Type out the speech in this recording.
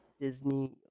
Disney